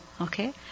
okay